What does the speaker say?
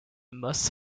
moses